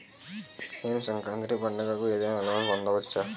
నేను సంక్రాంతి పండగ కు ఏదైనా లోన్ పొందవచ్చా?